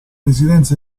residenze